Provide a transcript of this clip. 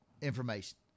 information